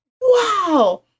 wow